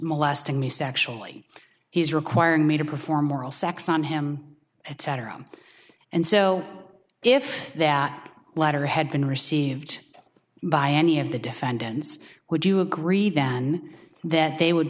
molesting me sexually he's requiring me to perform oral sex on him etc and so if that letter had been received by any of the defendants would you agree then that they would